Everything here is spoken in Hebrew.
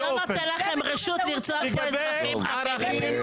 זה לא נותן לכם רשות לרצוח אזרחים תמימים.